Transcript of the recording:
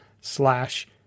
slash